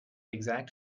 exact